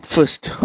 First